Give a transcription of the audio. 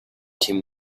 tim